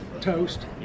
toast